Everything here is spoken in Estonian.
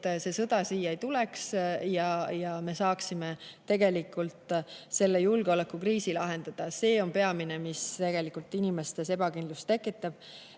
et sõda siia ei tuleks ja me saaksime tegelikult selle julgeolekukriisi lahendada. See on peamine, mis inimestes ebakindlust tekitab.